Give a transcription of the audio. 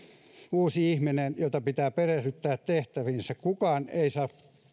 uusi ihminen jota pitää perehdyttää tehtäviinsä kukaan ei saa